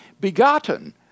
begotten